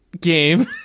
game